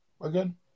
again